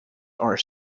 are